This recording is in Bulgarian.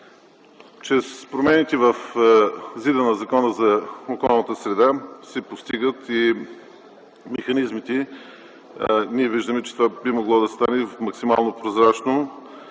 и допълнение на Закона за околната среда се постигат и механизмите. Ние виждаме, че това би могло да стане в максимално прозрачен